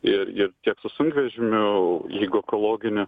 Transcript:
ir ir tiek sunkvežimiu jeigu ekologiniu